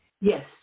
Yes